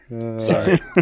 Sorry